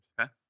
Okay